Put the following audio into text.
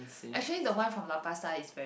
actually the one from Lau-Pa-Sat is